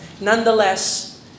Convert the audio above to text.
nonetheless